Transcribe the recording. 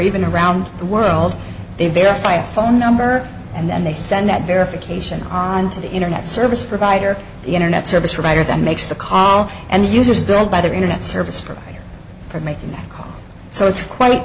even around the world they verify a phone number and then they send that verification on to the internet service provider the internet service provider that makes the call and the users build by their internet service provider for making that so it's quite